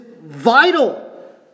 vital